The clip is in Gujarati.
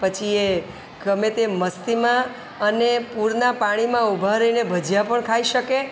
પછી એ ગમે તે મસ્તીમાં અને પૂરનાં પાણીમાં ઊભા રહીને ભજીયા પણ ખાઈ શકે